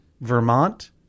Vermont